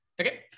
Okay